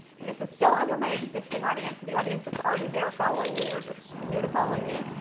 and this is still under my existing audience or the audience that's already there following me or just new to following me,